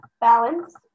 balance